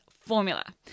formula